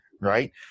right